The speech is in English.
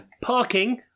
Parking